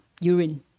urine